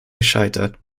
gescheitert